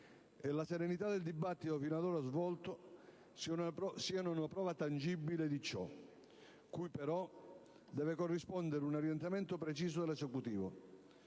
e la serenità del dibattito fino ad ora svolto siano una prova tangibile di ciò, cui però deve corrispondere un orientamento preciso dell'Esecutivo,